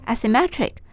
Asymmetric